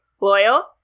loyal